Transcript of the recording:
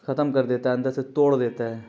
ختم کر دیتا ہے اندر سے توڑ دیتا ہے